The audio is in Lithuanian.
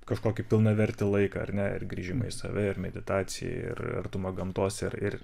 kažkokį pilnavertį laiką ar ne ir grįžimą į save ir meditacija ir artuma gamtos ir ir